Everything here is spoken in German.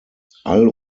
all